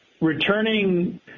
returning